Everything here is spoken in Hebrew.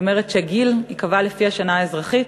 זאת אומרת שהגיל ייקבע לפי השנה האזרחית.